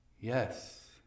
Yes